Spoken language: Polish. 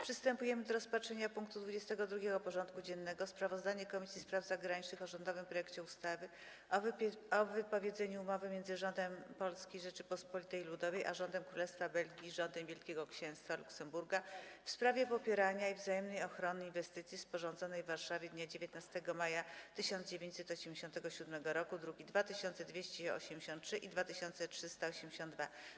Przystępujemy do rozpatrzenia punktu 22. porządku dziennego: Sprawozdanie Komisji Spraw Zagranicznych o rządowym projekcie ustawy o wypowiedzeniu Umowy między Rządem Polskiej Rzeczypospolitej Ludowej a Rządem Królestwa Belgii i Rządem Wielkiego Księstwa Luksemburga w sprawie popierania i wzajemnej ochrony inwestycji, sporządzonej w Warszawie dnia 19 maja 1987 r. (druki nr 2283 i 2382)